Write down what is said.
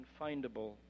unfindable